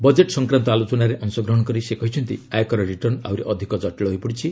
budget ସଂକ୍ରାନ୍ତ ଆଲୋଚନାରେ ଅଂଶଗ୍ରହଣ କରି ସେ କହିଛନ୍ତି ଆୟକର ରିଟର୍ଣ୍ଣ ଆହୁରି ଅଧିକ କଟିଳ ହୋଇପଡ଼ିଛି